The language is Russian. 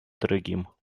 дорогим